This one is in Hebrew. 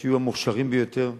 ויהיו המוכשרים ביותר,